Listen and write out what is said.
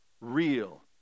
real